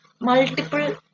multiple